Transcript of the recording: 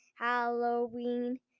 Halloween